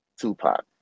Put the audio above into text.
Tupac